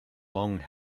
long